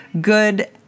good